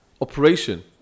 operation